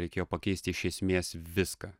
reikėjo pakeisti iš esmės viską